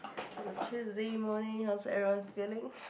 it's a Tuesday morning how's everyone feeling